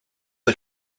are